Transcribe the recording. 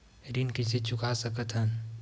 ऋण कइसे चुका सकत हन?